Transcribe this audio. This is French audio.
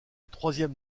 troisième